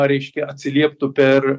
reiškia atsilieptų per